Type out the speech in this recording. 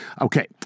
Okay